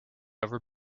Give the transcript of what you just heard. ever